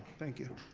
thank you.